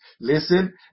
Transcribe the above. Listen